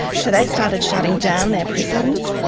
so they started shutting down their prisons.